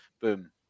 Boom